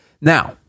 Now